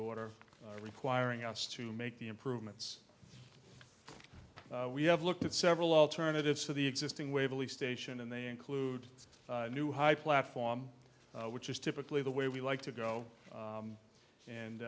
order requiring us to make the improvements we have looked at several alternatives to the existing waverley station and they include a new high platform which is typically the way we like to go